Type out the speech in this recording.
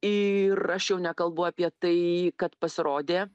ir aš jau nekalbu apie tai kad pasirodė